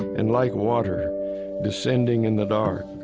and like water descending in the dark?